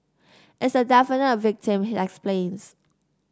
it's a definite victim he explains